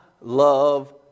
love